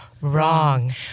wrong